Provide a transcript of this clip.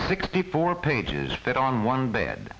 sixty four pages that on one b